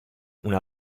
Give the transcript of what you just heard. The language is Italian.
una